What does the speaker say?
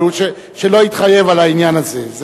אבל שלא יתחייב על העניין הזה.